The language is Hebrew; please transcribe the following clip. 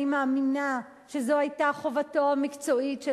אני מאמינה שזו היתה חובתו המקצועית של